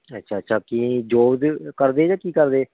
ਅੱਛਾ ਅੱਛਾ ਕੀ ਜੌਬ ਕਰਦੇ ਹੈ ਜ਼ਾਂ ਕੀ ਕਰਦੇ